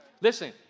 Listen